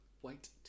White